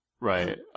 right